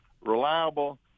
reliable